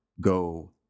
go